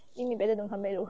min min better don't come below